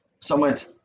somewhat